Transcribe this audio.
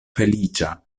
feliĉa